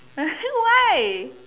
why